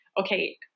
Okay